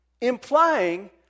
Implying